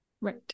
Right